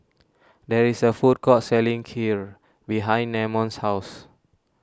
there is a food court selling Kheer behind Namon's house